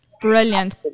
Brilliant